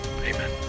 amen